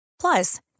Plus